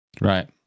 right